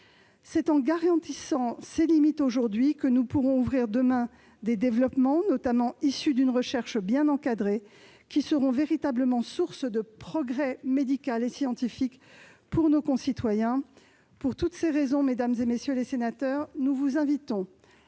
C'est en garantissant ces limites aujourd'hui que nous pourrons ouvrir demain des développements, notamment issus d'une recherche bien encadrée, qui seront véritablement source de progrès médical et scientifique pour nos concitoyens. Mesdames, messieurs les sénateurs, pour toutes